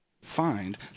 find